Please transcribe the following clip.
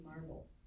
marbles